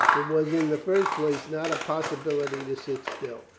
it was in the first place not a possibility to sit still.